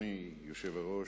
אדוני היושב-ראש,